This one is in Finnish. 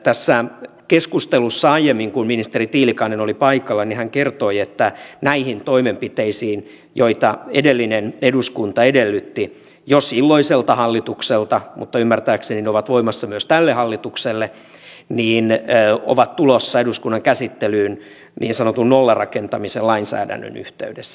tässä keskustelussa aiemmin kun ministeri tiilikainen oli paikalla hän kertoi että nämä toimenpiteet joita edellinen eduskunta edellytti jo silloiselta hallitukselta mutta ymmärtääkseni ne ovat voimassa myös tälle hallitukselle ovat tulossa eduskunnan käsittelyyn niin sanotun nollarakentamisen lainsäädännön yhteydessä